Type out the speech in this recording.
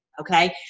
okay